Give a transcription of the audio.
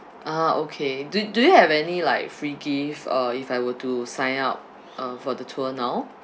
ah okay do do you have any like free gift uh if I were to sign up uh for the tour now